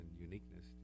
uniqueness